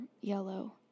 yellow